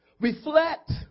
Reflect